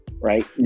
right